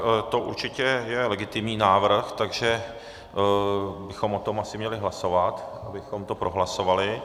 To určitě je legitimní návrh, takže bychom o tom asi měli hlasovat, abychom to prohlasovali.